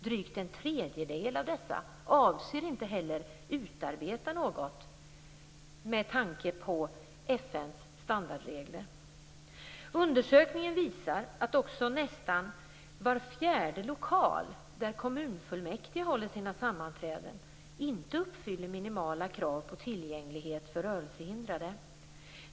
Drygt en tredjedel av dessa avser inte heller att utarbeta något sådant med tanke på FN:s standardregler. Undersökningen visar också att nästan var fjärde lokal där kommunfullmäktige håller sina sammanträden inte uppfyller minimala krav på tillgänglighet för rörelsehindrade.